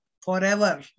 forever